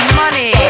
money